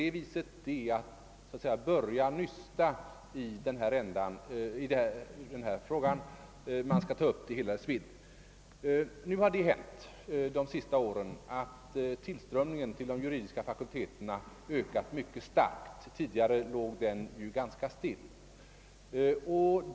Det vore att så att säga börja nysta i en trådända i stället för att ta upp frågan i hela dess vidd. Under de senaste åren har tillströmningen till de juridiska fakulteterna ökat mycket starkt, medan den ju tidigare låg ganska stilla.